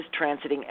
Transiting